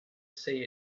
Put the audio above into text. say